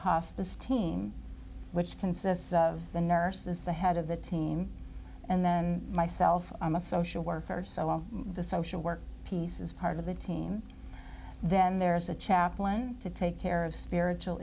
hospice team which consists of the nurses the head of the team and then myself i'm a social worker so all the social work piece is part of a team then there's a chaplain to take care of spiritual